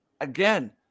again